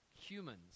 humans